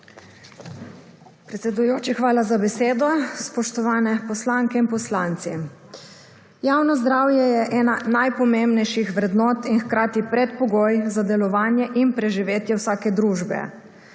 hvala za besedo.